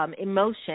emotion